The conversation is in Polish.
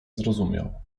zrozumiał